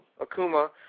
Akuma